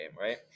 right